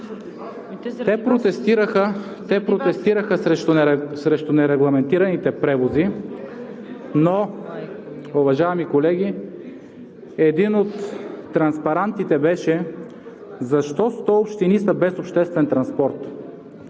Те протестираха срещу нерегламентираните превози, но, уважаеми колеги, един от транспарантите беше: „Защо 100 общини са без обществен транспорт?!“